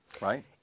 right